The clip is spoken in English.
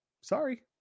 Sorry